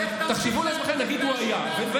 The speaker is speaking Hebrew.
אותו דבר,